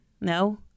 No